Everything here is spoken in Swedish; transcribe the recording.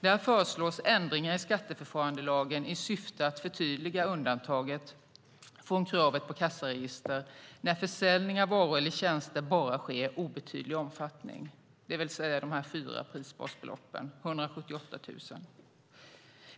Där föreslås ändringar i skatteförfarandelagen i syfte att förtydliga undantaget från kravet på kassaregister när försäljning av varor eller tjänster bara sker i obetydlig omfattning, det vill säga de fyra prisbasbeloppen, 178 000.